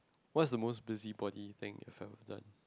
what's the most busybody thing you've ever done